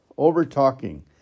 over-talking